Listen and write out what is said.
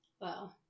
Wow